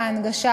והעלום,